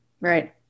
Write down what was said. Right